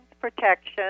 protection